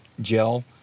gel